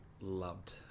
loved